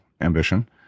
ambition